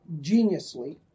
geniusly